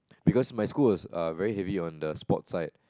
because my school was err very heavy on the sports side